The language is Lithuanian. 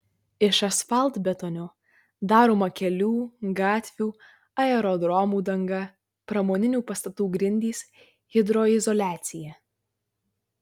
iš asfaltbetonio daroma kelių gatvių aerodromų danga pramoninių pastatų grindys hidroizoliacija